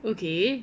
okay